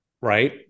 right